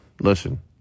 listen